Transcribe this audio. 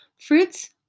Fruits